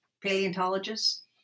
paleontologists